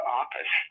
office